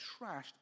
trashed